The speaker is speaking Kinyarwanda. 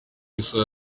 isaha